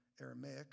Aramaic